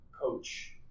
coach